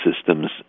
systems